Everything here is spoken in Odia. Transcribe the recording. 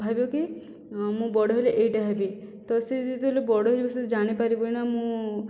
ଭାବିବ କି ମୁଁ ବଡ଼ ହେଲେ ଏହିଟା ହେବି ତ ସେ ଯେତେବେଳେ ବଡ଼ ହୋଇଯିବ ସେ ଜାଣିପାରିବ ନା ମୁଁ